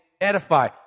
edify